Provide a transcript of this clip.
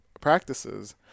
practices